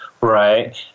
Right